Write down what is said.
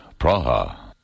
Praha